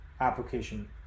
application